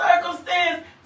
circumstance